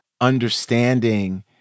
understanding